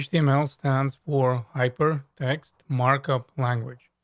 email stands for hyper text markup language.